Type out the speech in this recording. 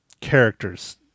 characters